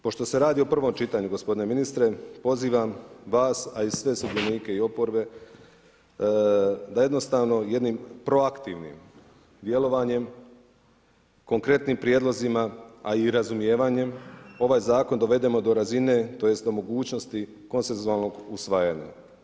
Pošto se radi o prvom čitanju gospodine ministre, pozivam vas a i sve sudionike i oporbe, da jednostavno jednim proaktivnim djelovanjem, konkretnim prijedlozima, a i razumijevanjem, ovaj zakon dovedemo do razine, tj. do mogućnosti konsensualnog usvojenja.